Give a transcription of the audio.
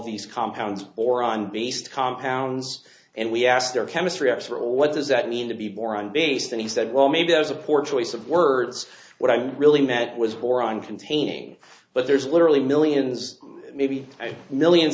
these compounds or on based compounds and we asked their chemistry etc what does that mean to be more on base and he said well maybe i was a poor choice of words what i'm really that was boron containing but there's literally millions maybe millions